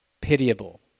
pitiable